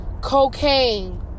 cocaine